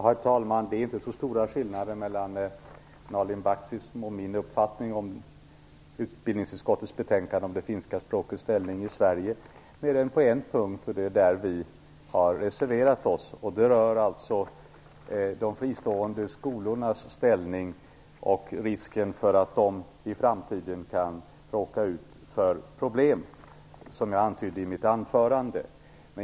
Herr talman! Det är inte så stora skillnader mellan Nalin Baksis och min uppfattning rörande utbildningsutskottets hemställan vad gäller det finska språkets ställning i Sverige. Vi har dock olika uppfattningar på en punkt, och det är där vi har reserverat oss. Det gäller de fristående skolornas ställning och risken för att de i framtiden kan råka ut för problem, vilket jag antydde i mitt anförande.